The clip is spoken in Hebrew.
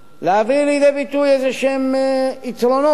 להביא לידי ביטוי איזשהם יתרונות.